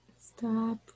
stop